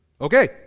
Okay